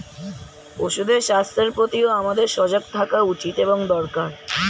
পশুদের স্বাস্থ্যের প্রতিও আমাদের সজাগ থাকা উচিত এবং দরকার